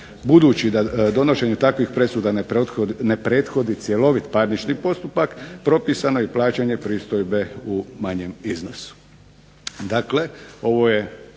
Budući da donošenje takvih presuda ne prethodi cjelovit parnični postupak propisano je plaćanje pristojbe u manjem iznosu.